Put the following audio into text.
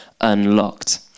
unlocked